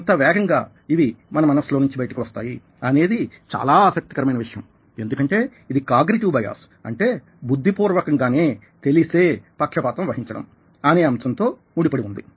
ఎంత వేగంగా ఇవి మన మనసులో నుంచి బయటకు వస్తాయి అనేది చాలా ఆసక్తి కరమైన విషయం ఎందుకంటే ఇది కాగ్నిటివ్ బయాస్ అంటే బుద్ధిపూర్వకంగానే తెలసే పక్షపాతం వహించడం అనే అంశంతో ముడి పడి ఉంది